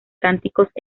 cánticos